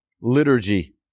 liturgy